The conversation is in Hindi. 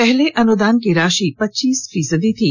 पहले अनुदान की राशि पच्चीस फीसदी थी